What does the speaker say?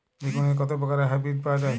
বেগুনের কত প্রকারের হাইব্রীড পাওয়া যায়?